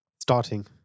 Starting